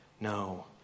No